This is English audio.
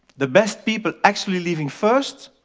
the best people actually leaving first,